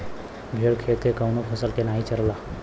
भेड़ खेत के कवनो फसल के नाही चरला